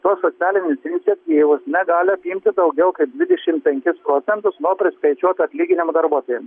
tos socialinės iniciatyvos negali apimti daugiau kaip dvidešim penkis procentus nuo priskaičiuoto atlyginimo darbuotojam